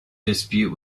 dispute